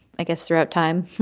i guess, throughout time.